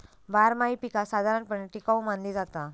बारमाही पीका साधारणपणे टिकाऊ मानली जाता